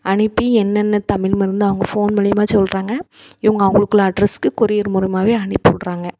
அனுப்பி என்னென்ன தமிழ் மருந்து அவங்க ஃபோன் மூலயமா சொல்லுறாங்க இவங்க அவங்களுக்குள்ள அட்ரெஸ்ஸுக்கு கொரியர் மூலமாகவே அனுப்பிவிட்றாங்க